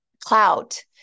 clout